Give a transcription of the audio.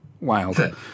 wild